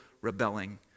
rebelling